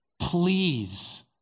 Please